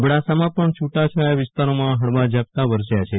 એબડાસામાં પણ છુટાછવાયા વિસ્તારોમાં ફળવા છાંટા વરસ્ય છે